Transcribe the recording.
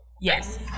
Yes